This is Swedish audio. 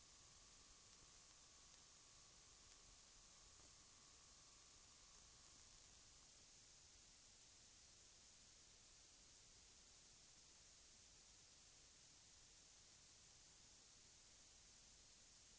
De nu angivna åtgärderna bör kunna medföra att kvaliteten på förpackad köttfärs förbättras och att konsumenternas berättigade krav på fullgod vara tillgodoses.